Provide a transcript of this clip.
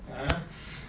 uh